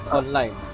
online